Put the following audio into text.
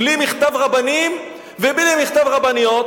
בלי מכתב רבנים ובלי מכתב רבניות,